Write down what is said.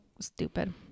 stupid